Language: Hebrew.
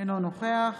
אינו נוכח